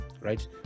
right